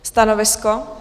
Stanovisko?